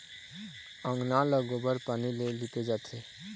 अंगना ल गोबर पानी ले लिपे जाथे